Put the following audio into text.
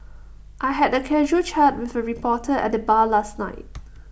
I had A casual chat with A reporter at the bar last night